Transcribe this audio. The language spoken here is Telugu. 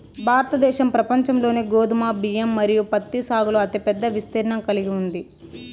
భారతదేశం ప్రపంచంలోనే గోధుమ, బియ్యం మరియు పత్తి సాగులో అతిపెద్ద విస్తీర్ణం కలిగి ఉంది